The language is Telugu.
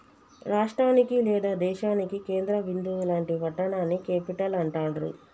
రాష్టానికి లేదా దేశానికి కేంద్ర బిందువు లాంటి పట్టణాన్ని క్యేపిటల్ అంటాండ్రు